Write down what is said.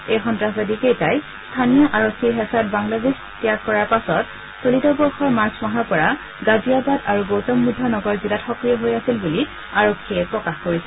এই সন্ত্ৰাসবাদীকেইটাই স্থানীয় আৰক্ষীৰ হেচাত বাংলাদেশ ত্যাগ কৰাৰ পাছত চলিত বৰ্ষৰ মাৰ্চ মাহৰ পৰা গাজিয়াবাদ আৰু গৌতমবুদ্ধ নগৰ জিলাত সক্ৰিয় হৈ আছিল বুলি আৰক্ষীয়ে প্ৰকাশ কৰিছে